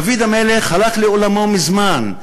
דוד המלך הלך לעולמו מזמן,